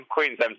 Queen's